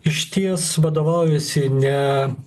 išties vadovaujasi ne